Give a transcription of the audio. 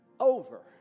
over